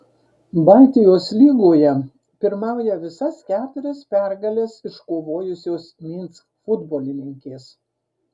baltijos lygoje pirmauja visas keturias pergales iškovojusios minsk futbolininkės